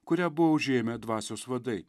kurią buvo užėmę dvasios vadai